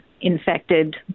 infected